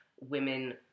women